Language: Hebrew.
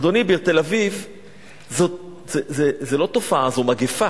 אדוני, בתל-אביב זאת לא תופעה, זאת מגפה.